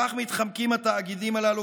כך מתחמקים התאגידים הללו,